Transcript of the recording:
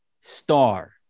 star